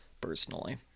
personally